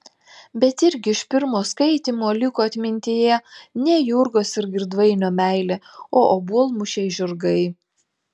bet irgi iš pirmo skaitymo liko atmintyje ne jurgos ir girdvainio meilė o obuolmušiai žirgai